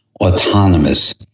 autonomous